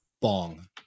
Bong